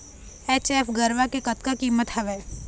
HF गरवा के कतका कीमत हवए?